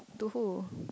to who